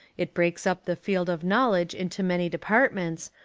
it breaks up the field of knowledge into many departments,